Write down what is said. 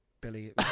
Billy